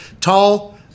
tall